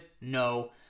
No